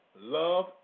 Love